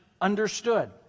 understood